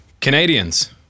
Canadians